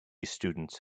students